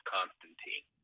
Constantine